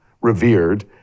revered